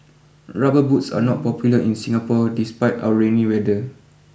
Rubber boots are not popular in Singapore despite our rainy weather